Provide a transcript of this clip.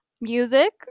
music